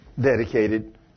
dedicated